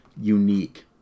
unique